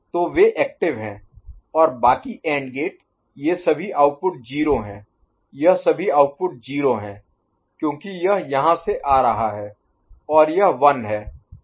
तो वे active Active सक्रिय हैं और बाकि एंड गेट ये सभी आउटपुट 0 हैं यह सभी आउटपुट 0 हैं क्योंकि यह यहाँ से आ रहा है और यह 1 है